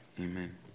Amen